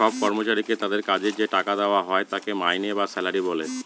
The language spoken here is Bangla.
সব কর্মচারীকে তাদের কাজের যে টাকা দেওয়া হয় তাকে মাইনে বা স্যালারি বলে